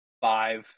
five